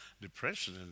Depression